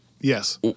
Yes